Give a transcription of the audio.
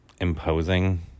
imposing